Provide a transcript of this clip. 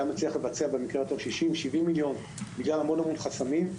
היה מצליח לבצע במקרה הטוב 60 70 מיליון שקל בגלל המון חסמים.